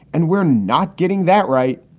and we're not getting that right.